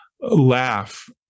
laugh